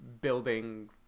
building